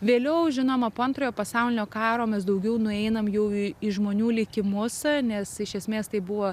vėliau žinoma po antrojo pasaulinio karo mes daugiau nueinam jau į žmonių likimus nes iš esmės tai buvo